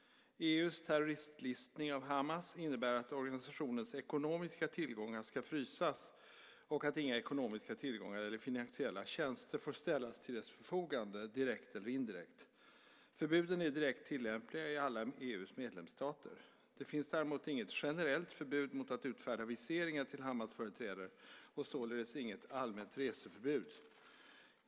EU:s terroristlistning av Hamas innebär att organisationens ekonomiska tillgångar ska frysas och att inga ekonomiska tillgångar eller finansiella tjänster får ställas till dess förfogande, direkt eller indirekt. Förbuden är direkt tillämpliga i alla EU:s medlemsstater. Det finns däremot inget generellt förbud mot att utfärda viseringar till Hamasföreträdare och således inget allmänt reseförbud.